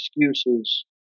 excuses